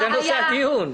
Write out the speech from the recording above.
זה נושא הדיון.